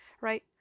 right